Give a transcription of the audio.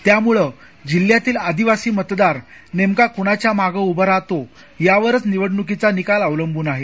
त्यामुळं जिल्ह्यातील आदिवासी मतदार नेमका कुणाच्या मागे उभा राहतो यावरच निवडणुकीचा निकाल अवलंबून आहे